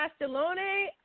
Castellone